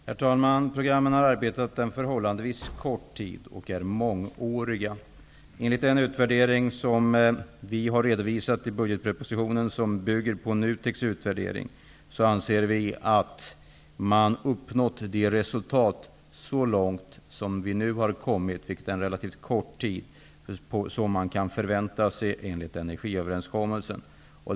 Herr talman! Programmen har gällt en förhållandevis kort tid och är mångåriga. Enligt den utvärdering som vi har redovisat i budgetpropositionen och som bygger på NUTEK:s utvärdering anser vi att man uppnått det resultat vi kan förvänta oss. Energiöverenskommelsen har ju gällt en relativt kort tid.